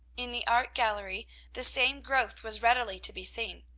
in the art gallery the same growth was readily to be seen.